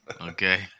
Okay